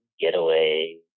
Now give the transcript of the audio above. getaway